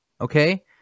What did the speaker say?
Okay